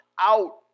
out